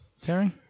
Terry